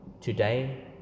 Today